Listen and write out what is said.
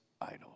idol